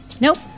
Nope